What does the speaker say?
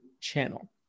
channel